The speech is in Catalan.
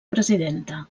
presidenta